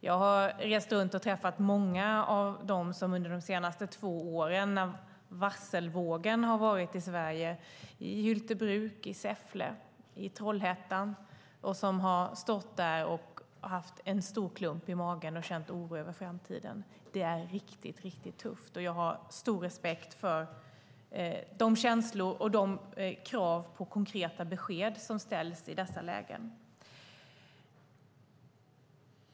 Jag har rest runt och träffat många av dem som under de senaste två åren, då vi har haft en varselvåg i Sverige, i Hyltebruk, Säffle och Trollhättan har stått där och haft en stor klump i magen och känt oro över framtiden. Det är riktigt, riktigt tufft. Jag har stor respekt för de känslor som finns och de krav på konkreta besked som ställs i dessa lägen.